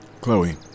Chloe